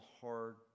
hard